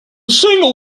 single